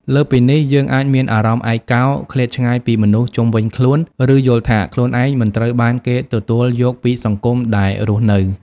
លើសពីនេះ យើងអាចមានអារម្មណ៍ឯកោ ឃ្លាតឆ្ងាយពីមនុស្សជុំវិញខ្លួន ឬយល់ថាខ្លួនឯងមិនត្រូវបានគេទទួលយកពីសង្គមដែលរស់នៅ។